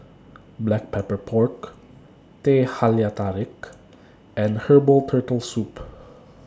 Black Pepper Pork Teh Halia Tarik and Herbal Turtle Soup